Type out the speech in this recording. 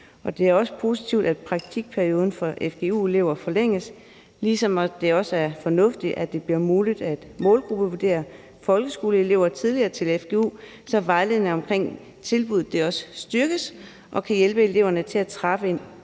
Det er også positivt, at praktikperioden for fgu-elever forlænges, ligesom det også er fornuftigt, at det bliver muligt at målgruppevurdere folkeskoleelever tidligere til fgu, så vejledning omkring tilbuddet også styrkes og kan hjælpe eleverne til at træffe en